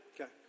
Okay